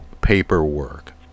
paperwork